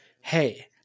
Hey